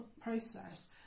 process